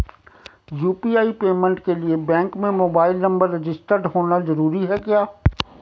UPI payment के लिए bank में मोबाइल नंबर रजिस्टर्ड होना जरूरी है क्या?